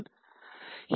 Refer Time 2727